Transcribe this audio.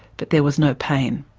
but there was no pain.